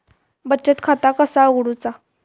बचत खाता कसा उघडूचा?